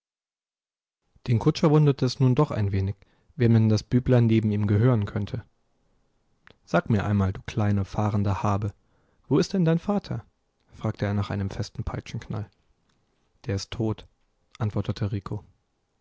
den kutscher wunderte es nun doch ein wenig wem denn das büblein neben ihm gehören könnte sag mir einmal du kleine fahrende habe wo ist denn dein vater fragte er nach einem festen peitschenknall der ist tot antwortete